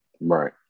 right